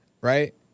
right